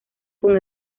con